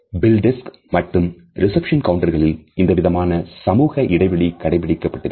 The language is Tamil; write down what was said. பில்டெஸ்க் மற்றும் ரிசப்ஷன் கவுண்டர்களில் இந்தவிதமான சமூக இடைவெளி கடைபிடிக்க பட்டிருக்கும்